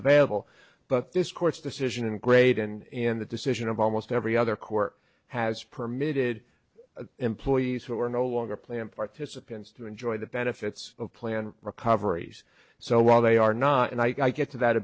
available but this court's decision in graden in the decision of almost every other court has permitted employees who are no longer plan participants to enjoy the benefits of planned recoveries so while they are not and i get to that a